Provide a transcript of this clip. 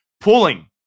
Pulling